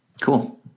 Cool